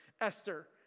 Esther